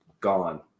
gone